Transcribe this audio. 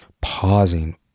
pausing